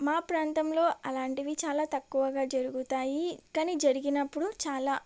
మా ప్రాంతంలో అలాంటివి చాలా తక్కువగా జరుగుతాయి కానీ జరిగినప్పుడు చాలా